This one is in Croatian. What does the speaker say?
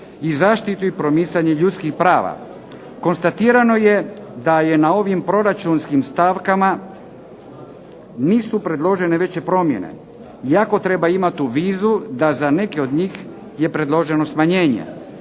i zaštitu i promicanje ljudskih prava. Konstatirano je da je na ovim proračunskim stavkama nisu predložene veće promjene. Iako treba imati u vidu da za neke od njih je predloženo smanjenje.